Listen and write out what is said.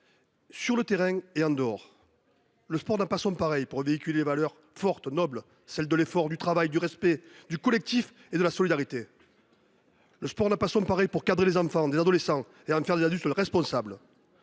sur le terrain et en dehors. Le sport n’a pas son pareil pour véhiculer des valeurs fortes, nobles, celles de l’effort, du travail, du respect, du collectif et de la solidarité. Le sport n’a pas son pareil pour cadrer des enfants, des adolescents, et en faire des adultes responsables,